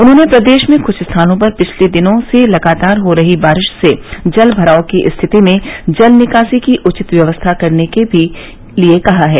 उन्होंने प्रदेश में कृष्ठ स्थानों पर पिछले दिनों से लगातार हो रही बारिश से जल भराव की स्थिति में जल निकासी की उचित व्यवस्था करने के भी लिये कहा है